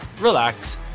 relax